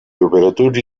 operatori